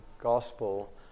gospel